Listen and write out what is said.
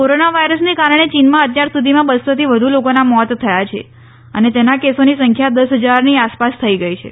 corona વાયરસને કારણે ચીનમાં અત્યાર સુધીમાં બસ્સોથી વધુ લોકોના મોત થયા છે અને તેના કેસોની સંખ્યા દસ હજારની આસપાસ થઈ ગઈ છે